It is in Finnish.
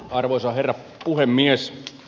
arvoisa herra puhemies